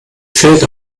fällt